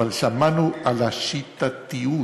אבל שמענו על השיטתיות